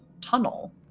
tunnel